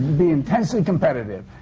be intensely competitive.